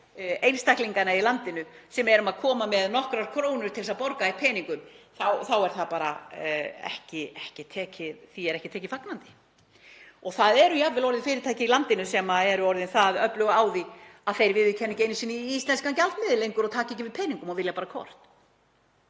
einstaklingana í landinu sem komum með nokkrar krónur til að borga í peningum þá er því ekki tekið fagnandi. Það eru jafnvel fyrirtæki í landinu sem eru orðin það öflug á því að þau viðurkenna ekki einu sinni íslenskan gjaldmiðil lengur og taka ekki við peningum og vilja bara kort.